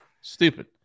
Stupid